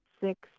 six